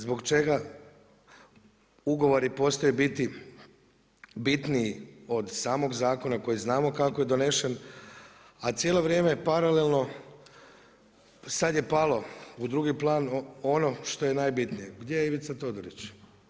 Zbog čega ugovori postaju biti bitniji od samog zakona koji znamo kako je donesen, a cijelo vrijeme paralelno sad je palo u drugi plan ono što je najbitnije gdje je Ivica Todorić.